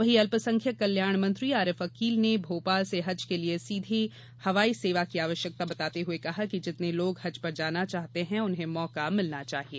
वहीं अल्पसंख्यक कल्याण मंत्री आरिफ अकील ने भोपाल से हज के लिये सीधे हवाई सेवा की आवश्यकता बताते हुए कहा कि जितने लोग हज पर जाना चाहते हैं उन्हें मौका मिलना चाहिये